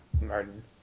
Martin